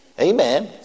Amen